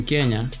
Kenya